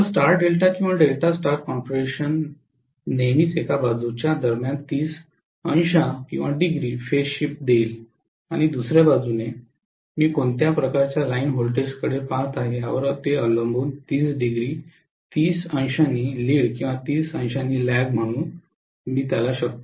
तर star delta किंवा delta star configuration नेहमीच एका बाजूच्या दरम्यान 300 फेज शिफ्ट देईल आणि दुसर्या बाजूने मी कोणत्या प्रकारच्या लाइन व्होल्टेजेस पहात आहे यावर अवलंबून 300 लीड किंवा 300 ल्याग म्हणू शकतो